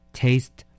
taste